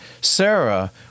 Sarah